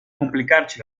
complicarci